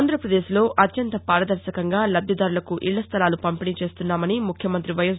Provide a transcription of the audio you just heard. ఆంధ్రప్రదేశ్ లో అత్యంత పారదర్భకంగా లబ్దిదారులకు ఇళ్ల స్టలాలు పంపిణీ చేస్తున్నామని ముఖ్యమంత్రి వైఎస్